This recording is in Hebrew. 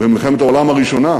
במלחמת העולם הראשונה,